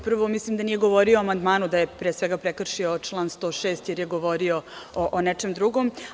Prvo, mislim da nije govorio o amandmanu, da je pre svega prekršio član 106. jer je govorio o nečem drugom.